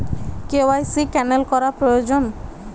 KYC ক্যানেল করা প্রয়োজন?